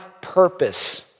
purpose